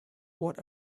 what